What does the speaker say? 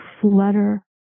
flutter